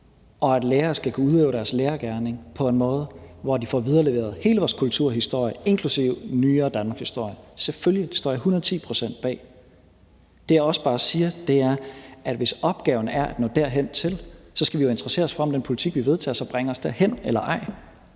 om, at lærere skal kunne udøve deres lærergerning på en måde, hvor de får videreleveret hele vores kulturhistorie, inklusive den nyere danmarkshistorie, står jeg selvfølgelig et hundrede ti procent bag. Det, jeg også bare siger, er, at hvis opgaven er at nå derhen, skal vi jo interessere os for, om den politik, vi vedtager, så bringer os derhen eller ej.